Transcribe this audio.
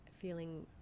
feeling